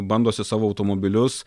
bandosi savo automobilius